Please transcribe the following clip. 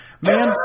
Man